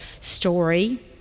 story